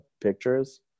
pictures